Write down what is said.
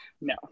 No